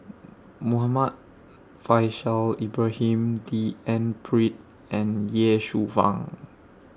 Muhammad Faishal Ibrahim D N Pritt and Ye Shufang